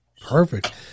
Perfect